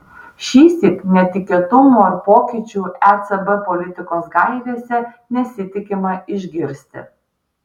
šįsyk netikėtumų ar pokyčių ecb politikos gairėse nesitikima išgirsti